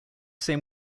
same